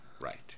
right